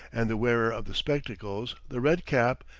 and the wearer of the spectacles, the red cap,